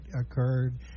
occurred